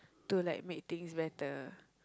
to like make things better